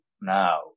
now